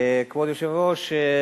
כבוד היושב-ראש,